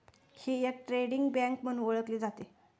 ही एक trading bank म्हणून ओळखली जाते